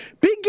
Big